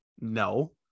No